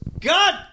God